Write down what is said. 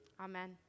Amen